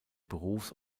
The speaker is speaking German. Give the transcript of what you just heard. berufs